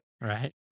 Right